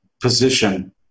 position